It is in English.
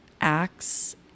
acts